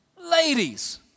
ladies